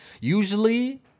usually